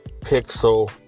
Pixel